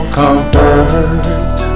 comfort